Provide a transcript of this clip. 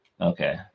Okay